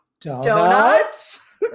donuts